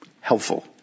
Helpful